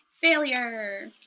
Failure